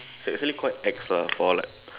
it's actually quite ex lah for like